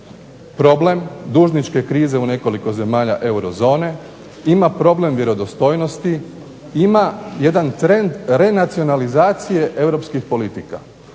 problem dužničke krize u nekoliko zemalja euro zone, ima problem vjerodostojnosti, ima jedan trend renacionalizacije europskih politika.